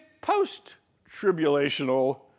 post-Tribulational